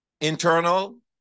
Internal